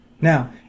Now